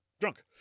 drunk